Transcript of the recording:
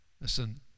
Listen